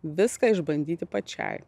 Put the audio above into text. viską išbandyti pačiai